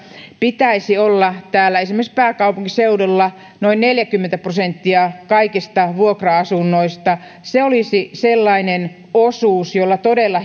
pitäisi olla esimerkiksi täällä pääkaupunkiseudulla noin neljäkymmentä prosenttia kaikista vuokra asunnoista se olisi sellainen osuus jolla todella